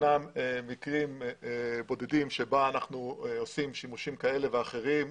יש מקרים בודדים בהם אנחנו עושים שימושים כאלה ואחרים.